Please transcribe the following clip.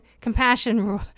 compassion